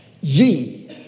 ye